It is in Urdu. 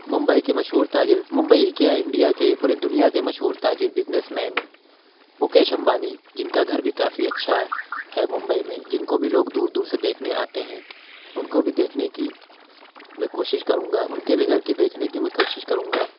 ممبئی کے مشہور تاجر ممبئی ہی کیا انڈیا کے پورے دنیا کے مشہور تاجر بزنس مین مکیش امبانی جن کا گھر بھی کافی اچھا ہے ممبئی میں جن کو بھی لوگ دور دور سے دیکھنے آتے ہیں ان کو بھی دیکھنے کی میں کوشش کروں گا ان کے بھی گھر کی دیکھنے کی میں کوشش کروں گا